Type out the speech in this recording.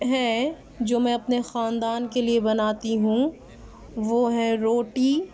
ہیں جو میں اپنے خاندان کے لیے بناتی ہوں وہ ہیں روٹی